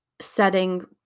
setting